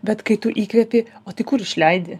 bet kai tu įkvepi o tai kur išleidi